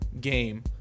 game